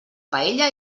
paella